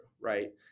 Right